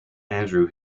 andrew